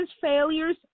failures